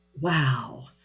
Wow